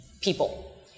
people